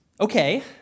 okay